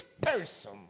person